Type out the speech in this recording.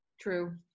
True